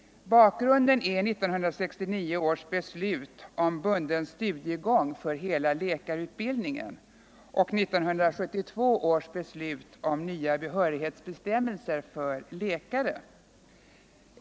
Bakgrunden är bl.a. 1969 års beslut om bunden studiegång för hela — Nr 120 läkarutbildningen och 1972 års beslut om nya behörighetsbestämmelser - Onsdagen den för läkare.